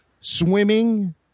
swimming